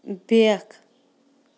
بیٛاکھ